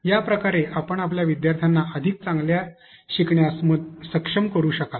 या प्रकारे आपण आपल्या विद्यार्थ्यांना अधिक चांगले शिकण्यास सक्षम करू शकाल